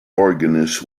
organist